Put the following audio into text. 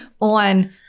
on